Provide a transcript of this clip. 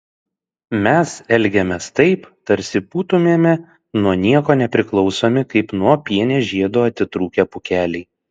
mes elgiamės taip tarsi būtumėme nuo nieko nepriklausomi kaip nuo pienės žiedo atitrūkę pūkeliai